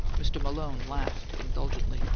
mr. malone laughed indulgently,